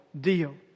deal